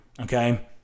okay